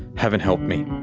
haven't helped me.